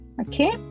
Okay